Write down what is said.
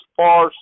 far